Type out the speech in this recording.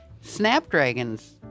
snapdragons